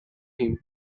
him